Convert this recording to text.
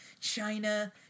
China